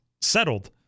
settled